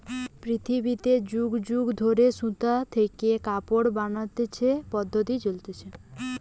পৃথিবীতে যুগ যুগ ধরে সুতা থেকে কাপড় বনতিছে পদ্ধপ্তি চলতিছে